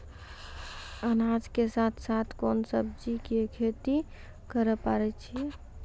अनाज के साथ साथ कोंन सब्जी के खेती करे पारे छियै?